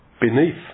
beneath